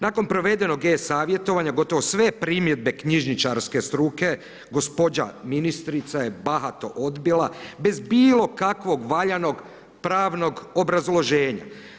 Nakon provedenog e savjetovanja gotovo sve primjedbe knjižničarske struke gospođa ministrica je bahato odbila, bez bilo kakvog valjanog pravnog obrazloženja.